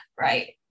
right